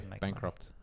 Bankrupt